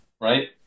right